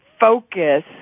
focus